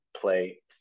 play